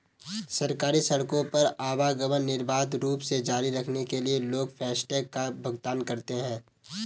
सरकारी सड़कों पर आवागमन निर्बाध रूप से जारी रखने के लिए लोग फास्टैग कर का भुगतान करते हैं